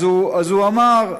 אז הוא אמר: